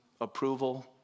approval